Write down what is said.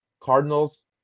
Cardinals